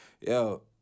Yo